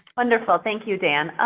wonderful. thank you, dan.